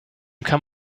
kann